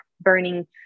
burning